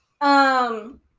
Um-